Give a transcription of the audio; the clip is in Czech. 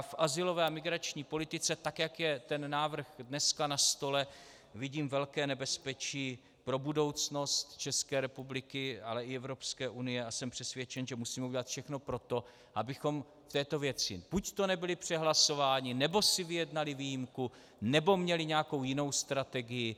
V azylové a migrační politice, tak jak je ten návrh dnes na stole, vidím velké nebezpečí pro budoucnost České republiky, ale i Evropské unie, a jsem přesvědčen, že musíme udělat všechno pro to, abychom v této věci buďto nebyli přehlasováni, nebo si vyjednali výjimku, nebo měli nějakou jinou strategii.